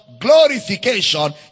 glorification